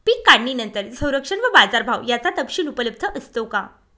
पीक काढणीनंतर संरक्षण व बाजारभाव याचा तपशील उपलब्ध असतो का?